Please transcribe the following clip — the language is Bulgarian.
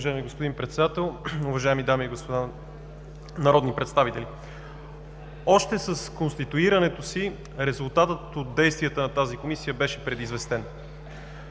уважаеми дами и господа народни представители! Още с конституирането си резултатът от действията на тази Комисия беше предизвестен.